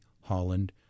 Holland